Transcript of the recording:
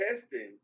testing